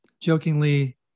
jokingly